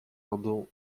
ardent